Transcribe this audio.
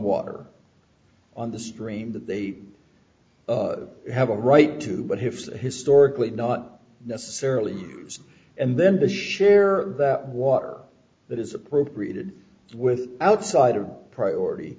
water on the stream that they have a right to but him historically not necessarily use and then the share that water that is appropriated with outside of priority